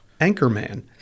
Anchorman